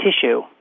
tissue